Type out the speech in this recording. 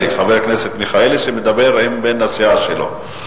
חבר הכנסת מיכאלי, שמדבר עם בן הסיעה שלו.